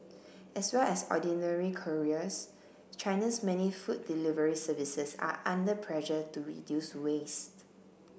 as well as ordinary couriers China's many food delivery services are under pressure to reduce waste